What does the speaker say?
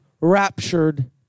raptured